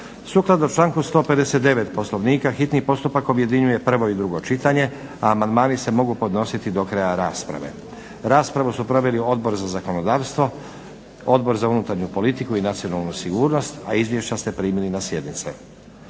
Sukladno članku 159. Poslovnika hitni postupak objedinjuje prvo i drugo čitanje. Amandmani se mogu podnositi do kraja rasprave. Raspravu su proveli Odbor za zakonodavstvo, Odbor za unutarnju politiku i nacionalnu sigurnost, a izvješća ste primili na sjednici.